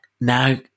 now